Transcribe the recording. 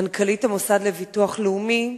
מנכ"לית המוסד לביטוח לאומי,